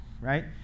right